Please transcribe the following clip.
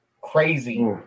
Crazy